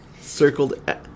circled